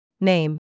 Name